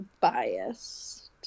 biased